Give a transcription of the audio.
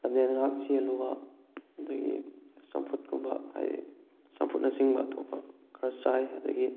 ꯂꯝꯖꯦꯟ ꯉꯍꯥꯛ ꯆꯦꯜꯂꯨꯕ ꯑꯗꯨꯗꯒꯤ ꯆꯝꯐꯨꯠꯀꯨꯝꯕ ꯍꯥꯏꯕꯗꯤ ꯆꯝꯐꯨꯠꯅꯆꯤꯡꯕ ꯑꯇꯣꯞꯄ ꯈꯔ ꯆꯥꯏ ꯑꯗꯨꯗꯒꯤ